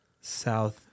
south